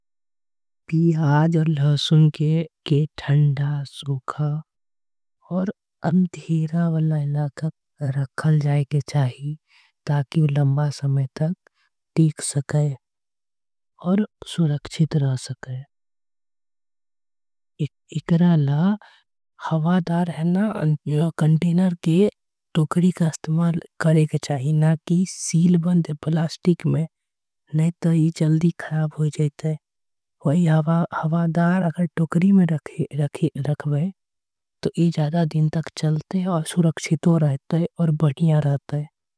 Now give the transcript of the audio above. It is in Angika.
पियाज आऊर लहसुन के ठंडा जगह में रखल जाई। चाही ताकि ओकरा के लंबा समय तक टिक सके। आऊर सुरक्षित रख सकय एकरा ल हवादार टोकरी। के उपयोग करे के चाही न कि सील बंद प्लास्टिक। में नई त ई जल्दी खराब हो जईते एकरा अगर। टोकरी में रखबे त ई जादा समय तक चलते।